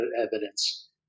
evidence